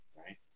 right